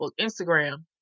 Instagram